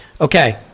Okay